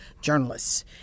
journalists